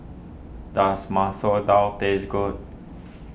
does Masoor Dal taste good